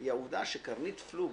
היא העובדה שכרמית פלוג,